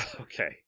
Okay